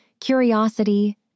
curiosity